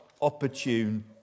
opportune